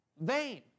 vain